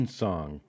song